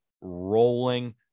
rolling